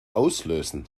auslösen